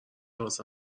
واسه